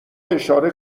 اشاره